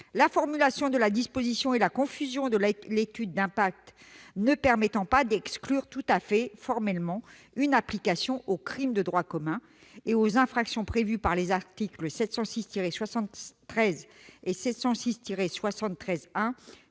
la formulation de la disposition et la confusion de l'étude d'impact ne permettant pas d'exclure tout à fait formellement une application aux crimes de droit commun et aux infractions prévues par les articles 706-73 et 706-73-1